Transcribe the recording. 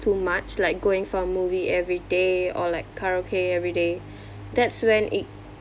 too much like going for a movie every day or like karaoke every day that's when it